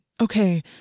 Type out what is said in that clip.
okay